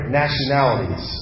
nationalities